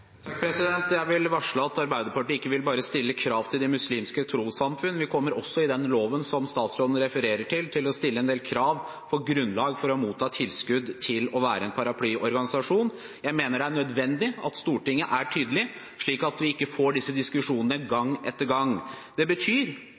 Jeg vil varsle at ikke bare vil Arbeiderpartiet stille krav til de muslimske trossamfunn. Vi kommer også, i den loven som statsråden refererer til, til å stille en del krav til grunnlag for å motta tilskudd til å være en paraplyorganisasjon. Jeg mener det er nødvendig at Stortinget er tydelig, slik at vi ikke får disse diskusjonene